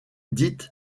death